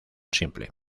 simple